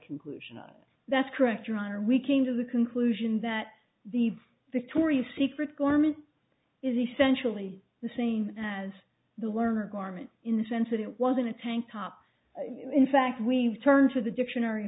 conclusion that's correct your honor we came to the conclusion that the victoria secret government is essentially the same as the learner garment in the sense that it was in a tank top in fact we've turned to the dictionary